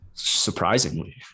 surprisingly